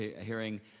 hearing